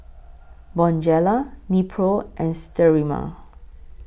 Bonjela Nepro and Sterimar